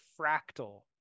fractal